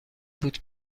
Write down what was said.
بود